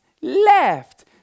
left